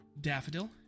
Daffodil